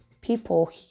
people